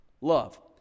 love